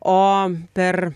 o per